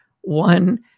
one